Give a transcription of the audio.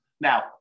Now